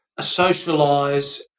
socialise